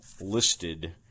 listed –